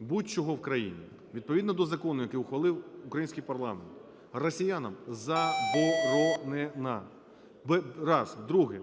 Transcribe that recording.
будь-чого в країні відповідно до закону, який ухвалив український парламент, росіянам заборонена – раз. Друге: